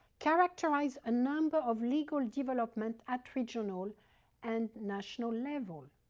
characterize a number of legal development at regional and national level.